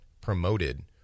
promoted